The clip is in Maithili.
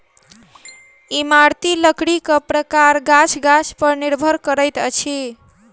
इमारती लकड़ीक प्रकार गाछ गाछ पर निर्भर करैत अछि